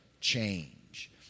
change